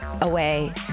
away